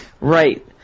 Right